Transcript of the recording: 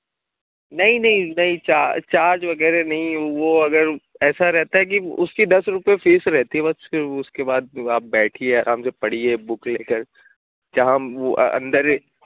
نہیں نہیں نہیں چار چارج وغیرہ نہیں وہ اگر ایسا رہتا ہے کہ اس کی دس روپے فیس رہتی ہے بس پھر اس کے بعد آپ بیٹھیے آرام سے پڑھیے بک لے کر جہاں ہم وہ اندر